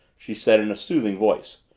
she said in a soothing voice,